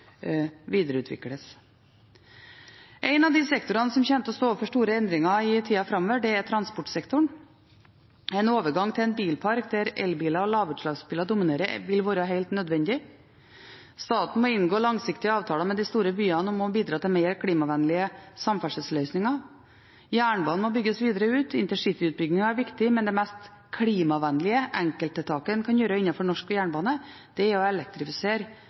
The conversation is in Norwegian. videreutvikles. En av de sektorene som kommer til å stå overfor store endringer i tida framover, er transportsektoren. En overgang til en bilpark der elbiler og lavutslippsbiler dominerer, vil være helt nødvendig. Staten må inngå langsiktige avtaler med de store byene om å bidra til mer klimavennlige samferdselsløsninger. Jernbanen må bygges videre ut, intercityutbyggingen er viktig, men det mest klimavennlige enkelttiltaket en kan gjøre innenfor norsk jernbane, er å elektrifisere